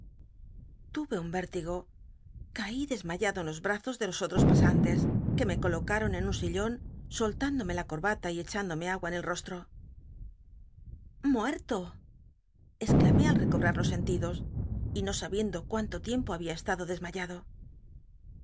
l'me un vértigo caí desmayado en los btazos de los otros pasan tes que me colocaton en un sillon soltündome la corbata y echándome agua en el rostro muerto exclamé al recobmr los sentidos y no sabiendo cuanto liempo había estado desma